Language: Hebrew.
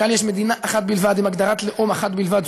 כאן יש מדינה אחת בלבד עם הגדרת לאום אחת בלבד,